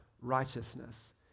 righteousness